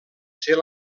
ser